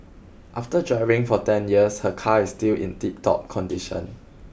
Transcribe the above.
after driving for ten years her car is still in tiptop condition